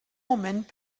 moment